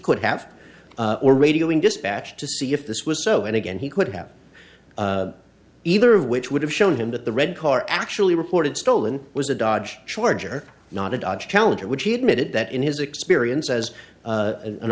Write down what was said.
could have or radio in dispatch to see if this was so and again he could have either of which would have shown him that the red car actually reported stolen was a dodge charger not a dodge challenger which he admitted that in his experience as a